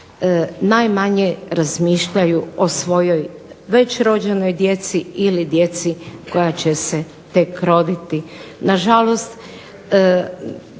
najmanje razmišljaju o svojoj već rođenoj djeci ili djeci koja će se tek roditi. Nažalost,